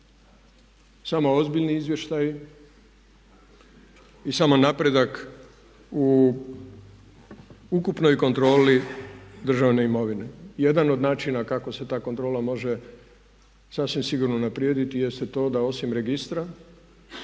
samo ozbiljni izvještaji i samo napredak u ukupnoj kontroli Državne imovine, jedan od načina kako se ta kontrola može sasvim sigurno unaprijediti jer se to da osim registra,